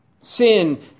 sin